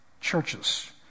churches